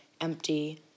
empty